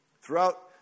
Throughout